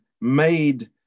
made